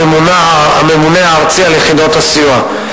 הממונה הארצי על יחידות הסיוע.